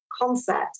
concept